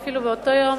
אפילו באותו יום,